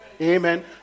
Amen